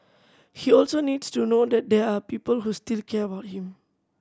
he also needs to know that there are people who still care about him